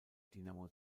dinamo